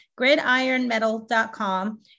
gridironmetal.com